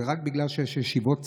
זה רק בגלל שיש ישיבות סיעה,